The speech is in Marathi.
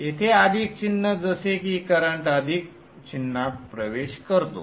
येथे अधिक चिन्ह जसे की करंट अधिक चिन्हात प्रवेश करतो